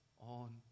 On